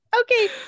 Okay